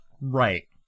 Right